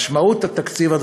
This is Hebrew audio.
משמעות התקציב הזה,